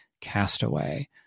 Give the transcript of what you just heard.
Castaway